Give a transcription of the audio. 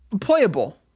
Playable